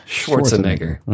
Schwarzenegger